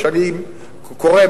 שאני קורא,